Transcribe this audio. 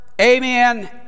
Amen